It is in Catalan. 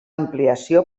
ampliació